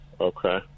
Okay